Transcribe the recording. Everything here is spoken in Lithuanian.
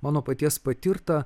mano paties patirta